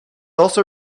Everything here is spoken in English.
also